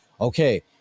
okay